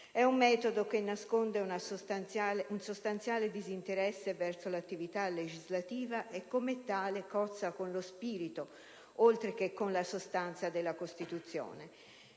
È un metodo che nasconde un sostanziale disinteresse verso l'attività legislativa e, come tale, cozza con lo spirito, oltre che con la sostanza, della Costituzione.